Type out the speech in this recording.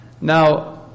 Now